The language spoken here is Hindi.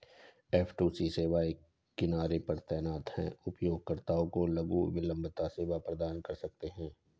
एफ.टू.सी सेवाएं किनारे पर तैनात हैं, उपयोगकर्ताओं को लघु विलंबता सेवा प्रदान कर सकते हैं